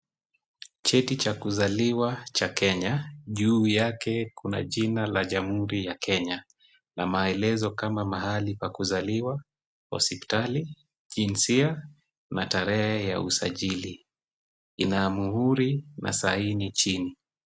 Cheti cha kuzaliwa cha Kenya. Juu yake kuna jina la Jamhuri ya Kenya na maelezo kama mahali pa kuzaliwa, hospitali, jinsia na tarehe ya usajili. Ina mhuri na saini chini.